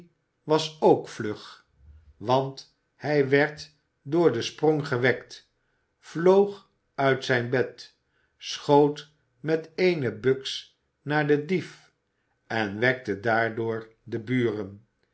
was ook vlug want hij werd door den sprong gewekt vloog uit zijn bed schoot met eene buks naar den dief en wekte daardoor de buren